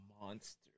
Monster